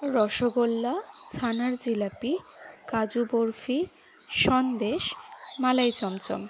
রসগোল্লা ছানার জিলাপি কাজু বরফি সন্দেশ মালাই চমচম